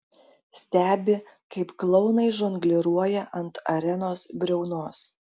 stebi kaip klounai žongliruoja ant arenos briaunos